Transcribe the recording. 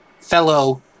fellow